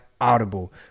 Audible